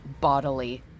bodily